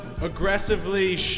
aggressively